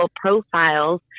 profiles